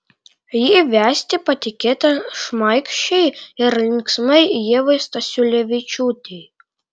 jį vesti patikėta šmaikščiai ir linksmai ievai stasiulevičiūtei